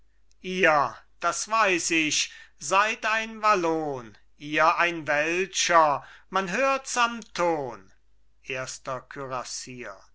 ihr das weiß ich seid ein wallon ihr ein welscher man hörts am ton erster